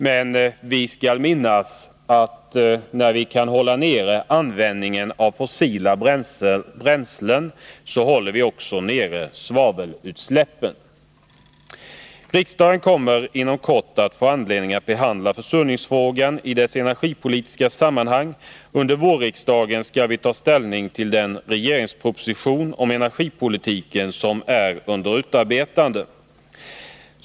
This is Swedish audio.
Men vi skall minnas att när vi kan hålla nere användningen av fossila bränslen, så håller vi också nere svavelutsläppen. Riksdagen kommer inom kort att få anledning att behandla försurningsfrågan i dess energipolitiska sammanhang. Under våren skall vi ta ställning till den regeringsproposition om energipolitiken som är under utarbetande.